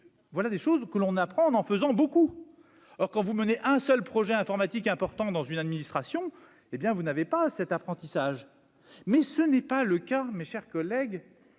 voilà des choses que l'on apprend on en en faisant beaucoup alors quand vous menez un seul projet informatique important dans une administration, hé bien vous n'avez pas cet apprentissage, mais ce n'est pas le cas, mes chers collègues